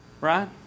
right